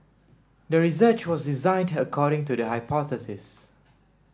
the research was designed according to the hypothesis